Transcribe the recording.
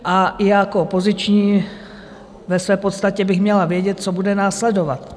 A i jako opoziční ve své podstatě bych měla vědět, co bude následovat.